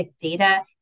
data